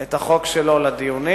את החוק שלו לדיונים,